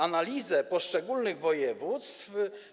Analiza poszczególnych województw.